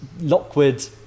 Lockwood